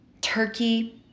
turkey